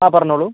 ആ പറഞ്ഞോളൂ